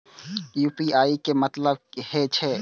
UPI के की मतलब हे छे?